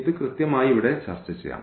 ഇത് കൃത്യമായി ഇവിടെ ചർച്ചചെയ്യാം